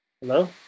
hello